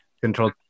control